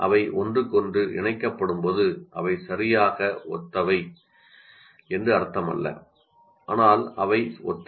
அவை ஒன்றுக்கொன்று இணைக்கப்படும்போது அவை சரியாக ஒத்தவை என்று அர்த்தமல்ல ஆனால் அவை ஒத்தவை